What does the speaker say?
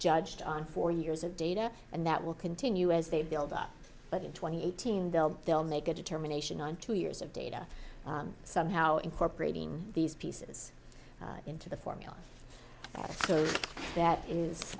judged on four years of data and that will continue as they build up but in twenty eighteen build they'll make a determination on two years of data somehow incorporating these pieces into the formula that that is